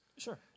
Sure